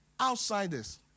outsiders